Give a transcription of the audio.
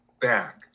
back